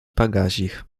pagazich